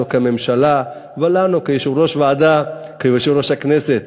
לנו כממשלה ולנו כיו"ר ועדה וכיו"ר הכנסת.